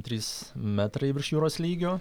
trys metrai virš jūros lygio